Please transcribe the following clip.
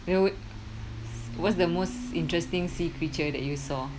then would what's the most interesting sea creature that you saw